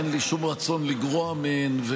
אין לי שום רצון לגרוע מהן,